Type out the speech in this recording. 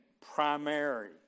primary